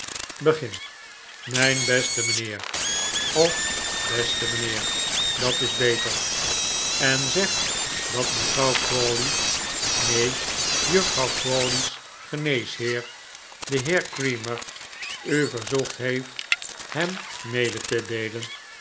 begin mijn beste mijnheer of beste mijnheer dat is beter en zeg dat mevrouw crawley neen juffrouw crawley's geneesheer de heer creamer u verzocht heeft hem mede te deelen